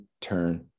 turn